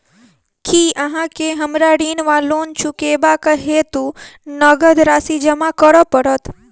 की अहाँ केँ हमरा ऋण वा लोन चुकेबाक हेतु नगद राशि जमा करऽ पड़त?